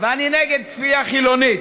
ואני נגד כפייה חילונית,